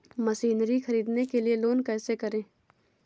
Machinery ख़रीदने के लिए लोन कैसे करें?